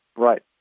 Right